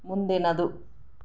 ಮುಂದಿನದು